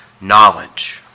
knowledge